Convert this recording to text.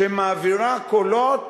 שמעבירה קולות